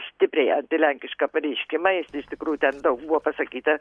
stipriai antilenkišką pareiškimą jis iš tikrųjų ten daug buvo pasakyta